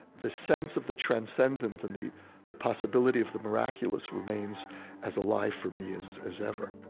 the sense of the transcendent and the the possibility of the miraculous remains as alive for me as as ever